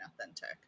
authentic